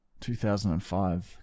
2005